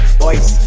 boys